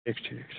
ٹھیٖک ٹھیٖک